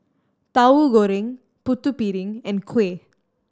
Tauhu Goreng Putu Piring and kuih